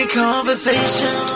conversation